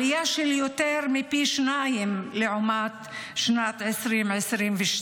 עלייה של יותר מפי שניים לעומת שנת 2022,